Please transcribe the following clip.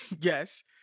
Yes